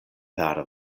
per